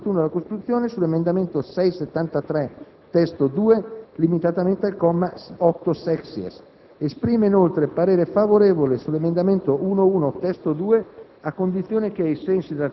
limitatamente al comma 8-*septies*. Esprime parere contrario sull'emendamento 6.0.380 (testo 2) a condizione che, ai sensi dell'articolo 81 della Costituzione, siano soppresse